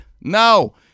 No